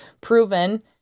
proven